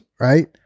Right